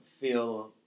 feel